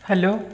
hello